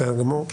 בסדר גמור.